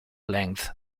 length